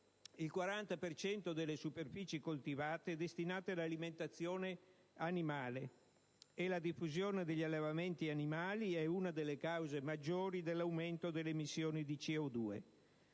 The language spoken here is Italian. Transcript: cento delle superfici coltivate è destinato all'alimentazione animale, e la diffusione degli allevamenti animali è una delle cause maggiori dell'aumento delle emissioni di CO2.